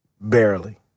barely